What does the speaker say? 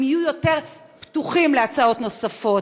הם יהיו יותר פתוחים להצעות נוספות.